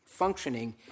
functioning